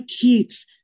kids